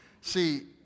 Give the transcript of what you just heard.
See